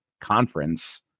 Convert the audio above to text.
conference